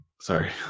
Sorry